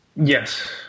Yes